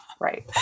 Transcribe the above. Right